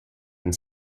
and